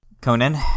Conan